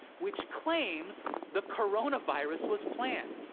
which claims the coronavirus was planned.